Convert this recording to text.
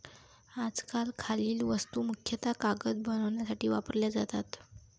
आजकाल खालील वस्तू मुख्यतः कागद बनवण्यासाठी वापरल्या जातात